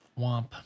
womp